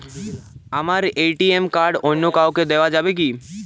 আমার ATM card অন্য কাউকে দেওয়া যাবে কি?